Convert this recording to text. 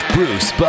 Bruce